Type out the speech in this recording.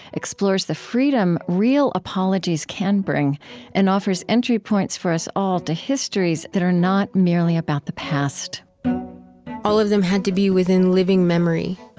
explores the freedom real apologies can bring and offers entry points for us all to histories that are not merely about the past all of them had to be within living memory.